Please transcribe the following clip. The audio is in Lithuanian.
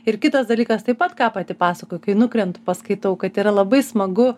ir kitas dalykas taip pat ką pati pasakoji kai nukrenta paskaitau kad yra labai smagu